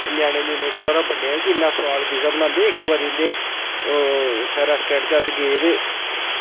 ञ्यानें ञुआनें गी थोह्ड़ा हारा बंडेआ कि इन्ना सोआद पिज्ज़ा बनांदे इक्क बारी इं'दे उत्थै रेस्टोरेंट च अस गे ते